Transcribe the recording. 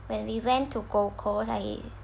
when we went to gold coast I